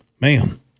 Man